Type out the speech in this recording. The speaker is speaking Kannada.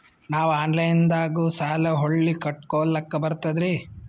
ನಾವು ಆನಲೈನದಾಗು ಸಾಲ ಹೊಳ್ಳಿ ಕಟ್ಕೋಲಕ್ಕ ಬರ್ತದ್ರಿ?